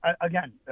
again